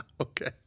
Okay